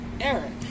Eric